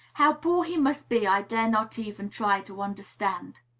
how poor he must be i dare not even try to understand.